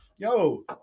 yo